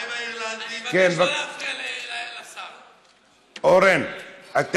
אני מבקש לא להפריע לשר.